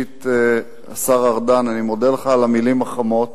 ראשית, השר ארדן, אני מודה לך על המלים החמות,